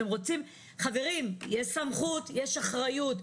חברים, יש סמכות, יש אחריות.